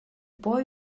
boy